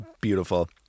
beautiful